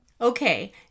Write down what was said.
Okay